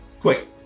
Quick